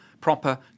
proper